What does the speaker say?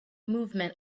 movement